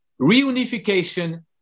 reunification